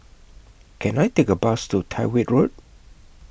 Can I Take A Bus to Tyrwhitt Road